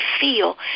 feel